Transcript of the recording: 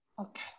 Okay